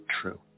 true